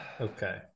Okay